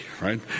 right